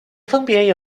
分别